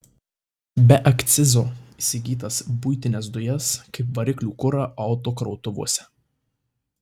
be akcizo įsigytas buitines dujas kaip variklių kurą autokrautuvuose